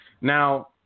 Now